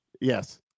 Yes